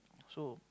so